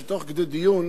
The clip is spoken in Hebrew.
שתוך כדי דיון